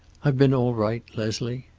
i've been all right, leslie.